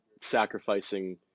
sacrificing